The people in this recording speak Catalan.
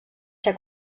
ser